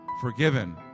forgiven